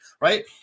right